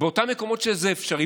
באותם מקומות שזה אפשרי?